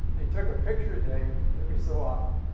they took a picture a day, every so often,